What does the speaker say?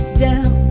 down